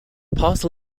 parcel